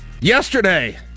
Yesterday